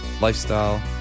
lifestyle